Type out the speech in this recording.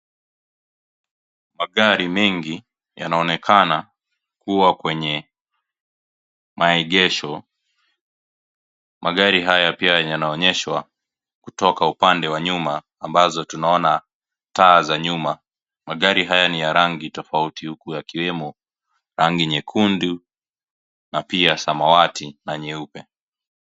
Magari mengi yanaonekana kuwa kwenye maegesho. Magari haya pia yanaonyeshwa kutoka upande wa nyuma ambazo tunaona taa za nyuma. Magari haya ni ya rangi tofauti huku yakiwemo rangi nyekundu na pia samawati na nyeupe.